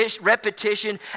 repetition